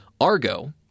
Argo